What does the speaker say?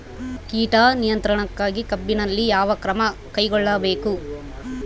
ಕೇಟ ನಿಯಂತ್ರಣಕ್ಕಾಗಿ ಕಬ್ಬಿನಲ್ಲಿ ಯಾವ ಕ್ರಮ ಕೈಗೊಳ್ಳಬೇಕು?